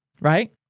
right